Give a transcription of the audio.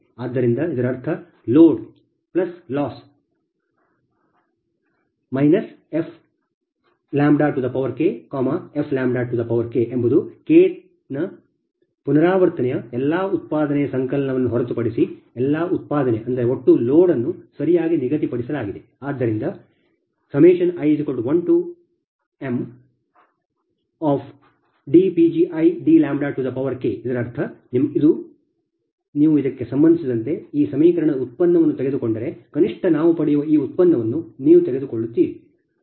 ಆದ್ದರಿಂದ ಇದರರ್ಥ ಲೋಡ್ ನಷ್ಟ fK fK ಎಂಬುದು kth ನ ಪುನರಾವರ್ತನೆಯ ಎಲ್ಲಾ ಉತ್ಪಾದನೆ ಸಂಕಲನವನ್ನು ಹೊರತುಪಡಿಸಿ ಎಲ್ಲಾ ಉತ್ಪಾದನೆ ಆದರೆ ಒಟ್ಟು ಲೋಡ್ ಅನ್ನು ಸರಿಯಾಗಿ ನಿಗದಿಪಡಿಸಲಾಗಿದೆ ಆದ್ದರಿಂದ i1mdPgidλ ಇದರರ್ಥ ನೀವು ಇದಕ್ಕೆ ಸಂಬಂಧಿಸಿದಂತೆ ಈ ಸಮೀಕರಣದ ಉತ್ಪನ್ನವನ್ನು ತೆಗೆದುಕೊಂಡರೆ ಕನಿಷ್ಠ ನಾವು ಪಡೆಯುವ ಈ ಉತ್ಪನ್ನವನ್ನು ನೀವು ತೆಗೆದುಕೊಳ್ಳುತ್ತೀರಿ